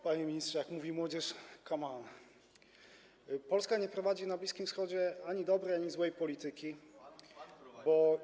Panie ministrze, jak mówi młodzież, come on. Polska nie prowadzi na Bliskim Wschodzie ani dobrej, ani złej polityki, bo.